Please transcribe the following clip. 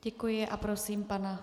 Děkuji a prosím pana...